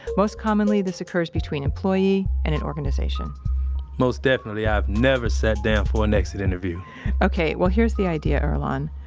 most commonly, this occurs between an employee and an organization most definitely i've never sat down for an exit interview ok. well, here's the idea, earlonne.